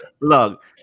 look